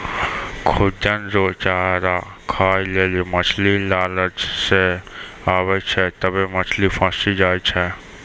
खुद्दन रो चारा खाय लेली मछली लालच से आबै छै तबै मछली फंसी जाय छै